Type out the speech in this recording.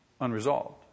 Unresolved